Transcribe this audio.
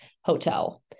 Hotel